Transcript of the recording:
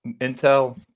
Intel